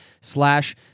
slash